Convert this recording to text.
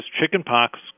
chickenpox